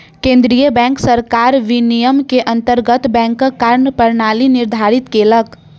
केंद्रीय बैंक सरकार विनियम के अंतर्गत बैंकक कार्य प्रणाली निर्धारित केलक